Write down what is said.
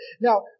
Now